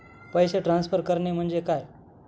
पैसे ट्रान्सफर करणे म्हणजे काय?